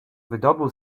wydobył